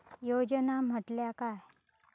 योजना म्हटल्या काय?